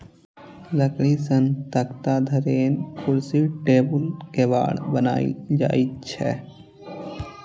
लकड़ी सं तख्ता, धरेन, कुर्सी, टेबुल, केबाड़ बनाएल जाइ छै